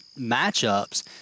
matchups